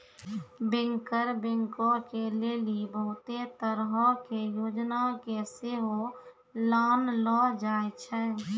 banker बैंको के लेली बहुते तरहो के योजना के सेहो लानलो जाय छै